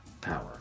power